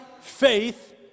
Faith